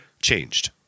changed